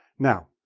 now,